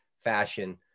fashion